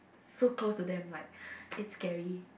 so close to them like is scary